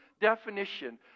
Definition